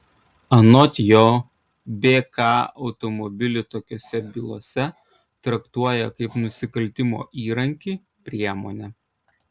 anot jo bk automobilį tokiose bylose traktuoja kaip nusikaltimo įrankį priemonę